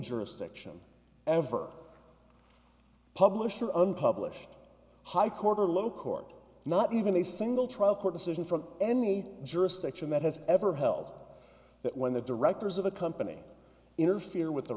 jurisdiction ever publisher of unpublished high court or low court not even a single trial court decision from any jurisdiction that has ever held that when the directors of a company interfere with the